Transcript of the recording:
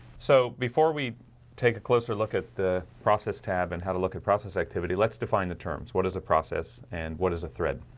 so before we take a closer look at the process tab and how to look at process activity. let's define the terms what is the process and what is a thread